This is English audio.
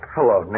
Hello